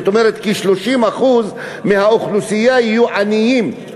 זאת אומרת, כ-30% מהאוכלוסייה יהיו עניים.